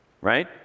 Right